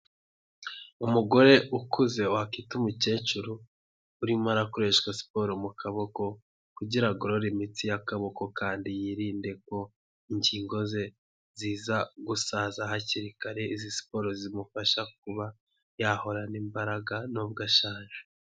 Umugore ukuze wakita umukecuru, urimo akoreshwa siporo mu kaboko kugira agorore imitsi y'akaboko kandi yirinde ko ingingo ze ziza gusaza hakiri kare, izi siporo zimufasha kuba yahorana imbaraga nubwo ashaje.